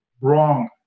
wrong